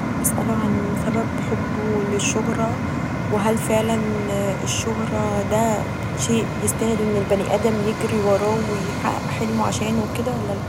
اسألو عن سبب حبه للشهره وهل فعلا الشهره دا شئ يستاهل ان البني ادم يجري وراه ويحقق حلمه عشانه ولا لا !؟